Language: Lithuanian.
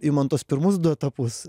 imant tuos pirmus du etapus